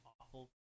awful